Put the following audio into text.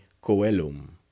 coelum